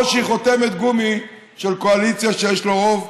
שהיא חותמת גומי של קואליציה שיש לה רוב,